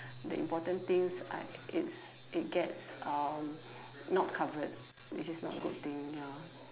the important things I it's it gets um not covered which is not a good thing ya